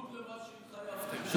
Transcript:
בניגוד למה שהתחייבתם.